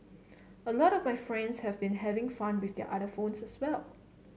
a lot of my friends have been having fun with their other phones as well